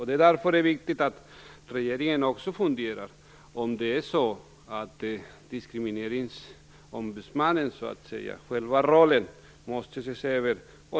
Det är därför det är viktigt att regeringen också funderar på om själva rollen som diskrimineringsombudsman måste ses över.